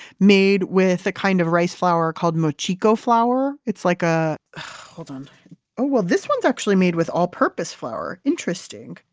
made with a kind of rice flour called mochiko flour. like ah hold on oh, well this one's actually made with all purpose flour. interesting.